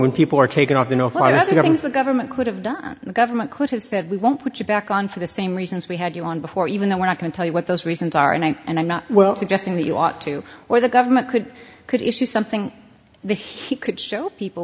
when people are taken off you know if i was the i think the government could have done the government could have said we won't put you back on for the same reasons we had you on before even though we're not going to tell you what those reasons are and and i'm not well suggesting that you ought to or the government could could issue something that he could show people